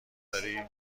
داری